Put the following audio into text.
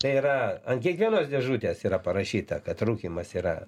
tai yra ant kiekvienos dėžutės yra parašyta kad rūkymas yra